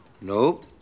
Nope